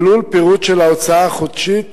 כלול פירוט של ההוצאה החודשית